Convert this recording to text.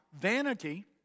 vanity